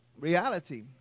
Reality